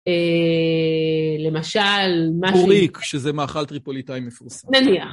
למשל, מה שהיא... קוריק, שזה מאכל טריפוליטאי מפורסם. נניה.